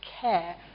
care